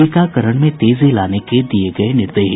टीकाकरण में तेजी लाने के दिये गये निर्देश